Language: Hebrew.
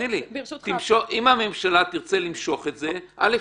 אם הממשלה תרצה למשוך את זה, א.